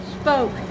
spoke